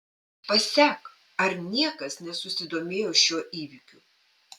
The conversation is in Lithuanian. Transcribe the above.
pasek ar niekas nesusidomėjo šiuo įvykiu